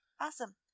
Awesome